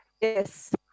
Yes